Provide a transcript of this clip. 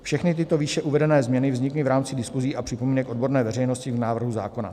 Všechny tyto výše uvedené změny vznikly v rámci diskuzí a připomínek odborné veřejnosti k návrhu zákona.